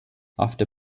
after